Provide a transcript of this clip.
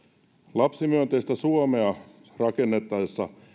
lapsimyönteistä suomea rakennettaessa